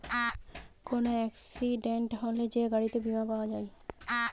কোন এক্সিডেন্ট হলে যে গাড়িতে বীমা পাওয়া যায়